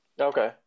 Okay